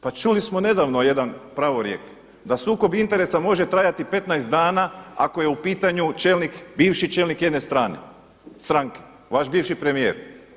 Pa čuli smo nedavno jedan pravorijek, da sukob interesa može trajati 15 dana ako je u pitanju čelnik, bivši čelnik jedne stranke, vaš bivši premijer.